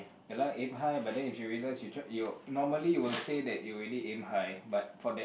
ya lah aim high but then if you realise you try you normally you will say that you already aim high but for that